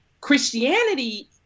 Christianity